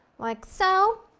like so.